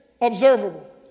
observable